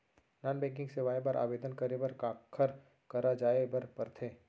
non banking सेवाएं बर आवेदन करे बर काखर करा जाए बर परथे